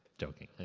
joking,